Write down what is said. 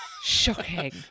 Shocking